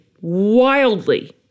wildly